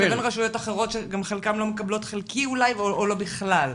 ורשויות אחרות שגם חלקן לא מקבלות חלקית אולי או בכלל לא.